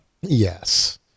Yes